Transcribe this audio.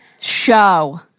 show